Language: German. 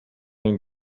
den